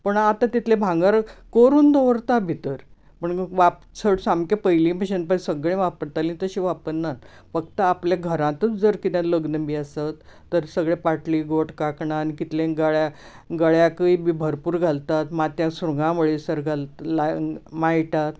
पूण आतां तितलें भांगर करून दवरता भितर पण वाप सामकें पयलीं बशेन पळय सगळें वापरतालीं तशें वापरनात फक्त आपले घरांतच जर कितेंय लग्न बी आसत तर सगळें पाटली गोट कांकणा आनी कितलींय गळ्याकूय बी भरपूर घालतात माथ्याक सुरंगां वळेसर घाल लाय माळटात